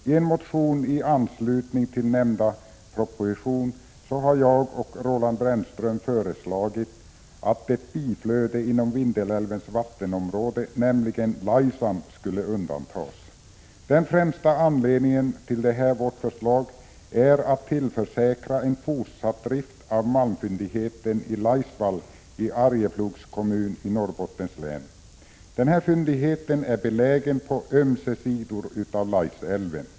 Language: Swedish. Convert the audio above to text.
I en motion i anslutning till nämnda proposition har jag och Roland Brännström föreslagit att ett biflöde inom Vindelälvens vattenområde, nämligen Laisan, skulle undantas. Den främsta anledningen till detta vårt förslag är att tillförsäkra en fortsatt drift av malmfyndigheten i Laisvall i Arjeplogs kommun i Norrbottens län. Denna fyndighet är belägen på ömse sidor av Laisälven.